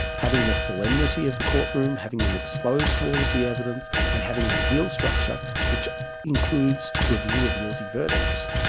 having the solemnity of the court room, having them exposed to all of the evidence, and having an appeal structure which includes review of guilty verdicts,